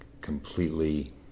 completely